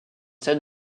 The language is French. scène